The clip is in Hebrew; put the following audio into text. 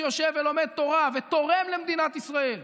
שיושב ולומד תורה ותורם למדינת ישראל,